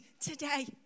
today